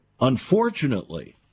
Unfortunately